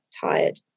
tired